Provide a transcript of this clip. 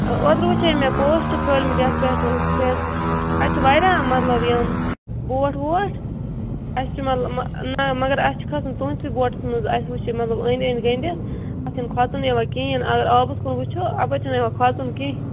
اوترٕ وٕچھے مےٚ پوسٹ خٲلۍ متۍ یَتھ پٮ۪ٹھٕ فیس بُکَس پٮ۪ٹھ اَتہِ چھِ واریاہ مطلب یِم بوٹھ ووٹھ اَسہِ چھُ مطلب نہ مگر اَسہِ چھُ کھسُن تُۂنٛدسٕے بوٹَس منٛز اَسہِ وٕچھ یہِ مطلب أنٛدۍ أنٛدۍ گٔڈِتھ اَتھ چھُنہٕ کھۄژُن یِوان کِہیٖنۍ اَگر آبَس کُن وُچھو اَپٲرۍ چھُنہٕ یِوان کھۄژُن کِینٛہہ